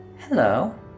Hello